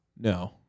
No